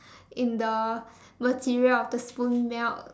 in the material of the spoon melt